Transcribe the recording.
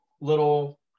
little